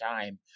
time